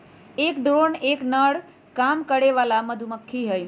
एक ड्रोन एक नर काम करे वाली मधुमक्खी हई